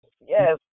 Yes